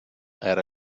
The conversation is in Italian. era